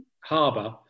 harbour